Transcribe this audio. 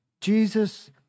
Jesus